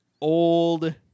old